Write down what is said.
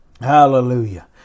Hallelujah